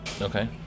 Okay